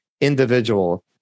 individual